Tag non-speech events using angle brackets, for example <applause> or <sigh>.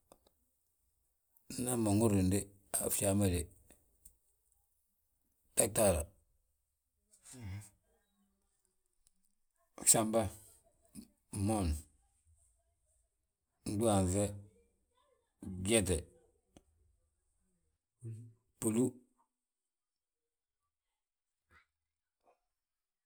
Naam ma nhúrni be a fjaa ma de, <unintelligible> gsamba, fmoon, ndúhaanŧe, gyete, búlu.